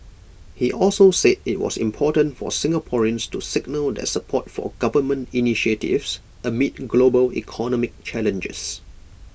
he also said IT was important for Singaporeans to signal their support for government initiatives amid global economic challenges